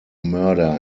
murder